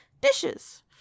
dishes